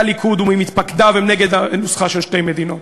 הליכוד וממתפקדיו הם נגד הנוסחה של שתי מדינות.